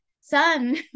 son